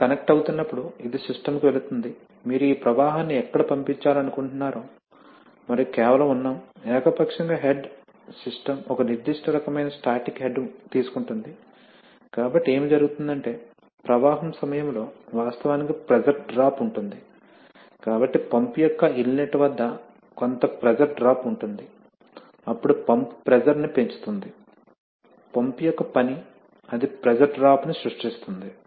కాబట్టి కనెక్ట్ అవుతున్నప్పుడు ఇది సిస్టమ్ కు వెళుతుంది మీరు ఈ ప్రవాహాన్ని ఎక్కడ పంపించాలనుకుంటున్నారో మరియు కేవలం ఉన్నాము ఏకపక్షంగా హెడ్ సిస్టమ్ ఒక నిర్దిష్ట రకమైన స్టాటిక్ హెడ్ తీసుకుంటుంది కాబట్టి ఏమి జరుగుతుందంటే ప్రవాహం సమయంలో వాస్తవానికి ప్రెషర్ డ్రాప్ ఉంటుంది కాబట్టి పంపు యొక్క ఇన్లెట్ వద్ద కొంత ప్రెషర్ డ్రాప్ ఉంటుంది అప్పుడు పంప్ ప్రెషర్ ని పెంచుతుంది పంపు యొక్క పని అది ప్రెషర్ డ్రాప్ ని సృష్టిస్తుంది